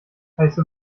heiße